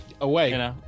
away